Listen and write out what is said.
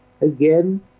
again